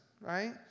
right